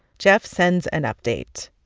jeff sends an update.